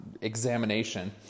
examination